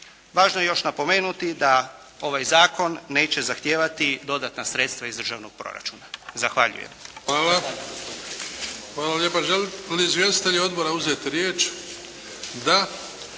Važno je još napomenuti da ovaj zakon neće zahtijevati dodatna sredstva iz državnog proračuna. Zahvaljujem.